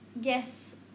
yes